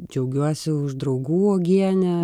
džiaugiuosi už draugų uogienę